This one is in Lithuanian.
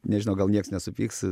nežinau gal nieks nesupyks